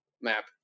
map